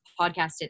podcasted